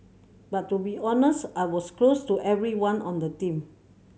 but to be honest I was close to everyone on the team